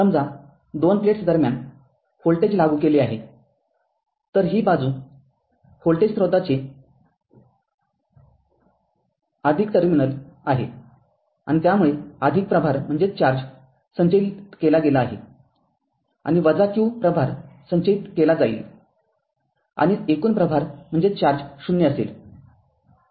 समजा दोन प्लेट्स दरम्यान व्होल्टेज लागू केले आहेतर ही बाजू व्होल्टेज स्त्रोताचे टर्मिनल आहे आणि त्यामुळे प्रभार संचयित केला गेला आहे आणि q प्रभार संचयित केला जाईल आणि एकूण प्रभार ० असेल